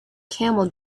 camel